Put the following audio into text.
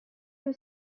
you